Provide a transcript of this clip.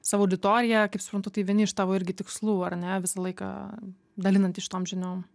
savo auditoriją kaip suprantu tai vieni iš tavo irgi tikslų ar ne visą laiką dalinantis šitom žiniom